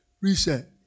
reset